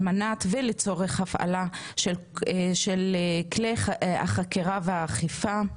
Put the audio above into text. על מנת ולצורך הפעלה של כלי החקירה והאכיפה.